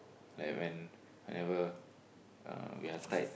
like when whenever uh we are tight